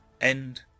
End